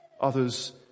others